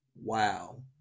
Wow